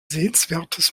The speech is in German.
sehenswertes